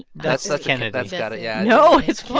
that's kennedy that's got to yeah no, it's